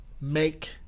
make